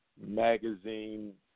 magazine